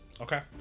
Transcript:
Okay